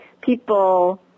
people